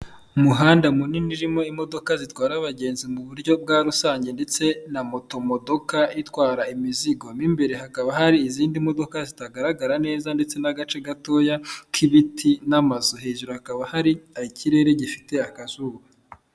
Umuhanda munini urimo imodoka zitwara abagenzi mu buryo bwa rusange ndetse na moto modoka itwara imizigo. Mo imbere hakaba hari izindi modoka zitagaragara neza ndetse n'agace gatoya k'ibiti n'amazu. Hejuru hakaba hari ikirere gifite akazuba.